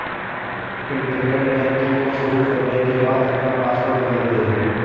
internet banking को शुरू करने के बाद अपना पॉसवर्ड बदल दे